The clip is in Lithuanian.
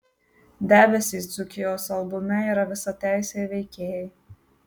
debesys dzūkijos albume yra visateisiai veikėjai